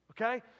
okay